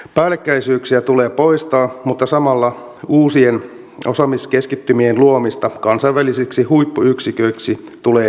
päällekkäisyyksiä tulee poistaa mutta samalla uusien osaamiskeskittymien luomista kansainvälisiksi huippuyksiköiksi tulee edistää